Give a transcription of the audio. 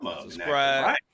subscribe